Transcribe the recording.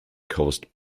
caused